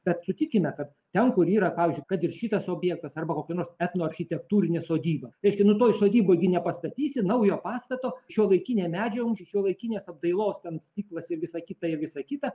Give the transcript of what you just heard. bet sutikime kad ten kur yra pavyzdžiui kad ir šitas objektas arba kokia nors etnoarchitektūrinė sodyba reiškia nuo toj sodyboj gi nepastatysi naujo pastato šiuolaikinėm medžiagom šiuolaikinės apdailos ten stiklas ir visa kita ir visa kita